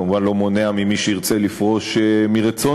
כמובן זה לא מונע ממי שירצה לפרוש מרצונו,